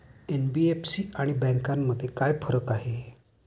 NBFC आणि बँकांमध्ये काय फरक आहे?